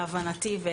להבנתי,